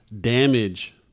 damage